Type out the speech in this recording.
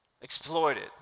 exploited